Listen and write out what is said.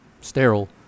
sterile